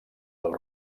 del